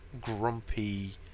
grumpy